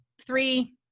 three